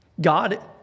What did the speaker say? God